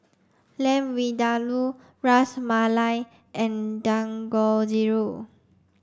Lamb Vindaloo Ras Malai and Dangojiru